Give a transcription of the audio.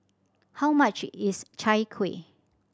how much is Chai Kuih